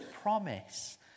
promise